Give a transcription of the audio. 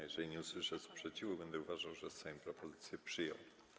Jeżeli nie usłyszę sprzeciwu, będę uważał, że Sejm propozycję przyjął.